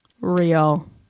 Real